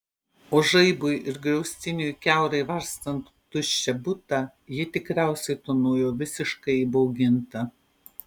o žaibui ir griaustiniui kiaurai varstant tuščią butą ji tikriausiai tūnojo visiškai įbauginta